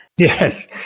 Yes